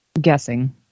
Guessing